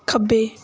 ਖੱਬੇ